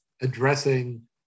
addressing